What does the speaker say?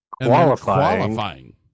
Qualifying